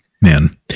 man